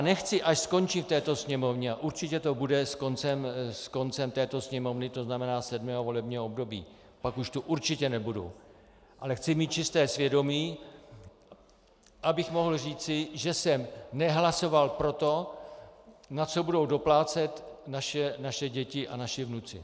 Nechci, až skončím v této Sněmovně, a určitě to bude s koncem této Sněmovny, to znamená sedmého volebního období, pak už tu určitě nebudu, ale chci mít čisté svědomí, abych mohl říci, že jsem nehlasoval pro to, na co budou doplácet naše děti a naši vnuci.